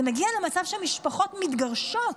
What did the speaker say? זה מגיע למצב שהמשפחות מתגרשות.